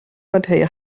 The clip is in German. materie